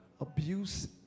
Abuse